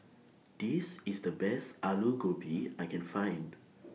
This IS The Best Alu Gobi I Can Find